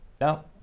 Now